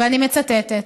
ואני מצטטת: